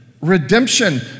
redemption